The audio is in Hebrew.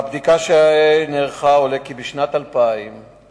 מהבדיקה שנערכה עולה כי משנת 2000 נפתחו